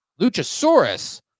Luchasaurus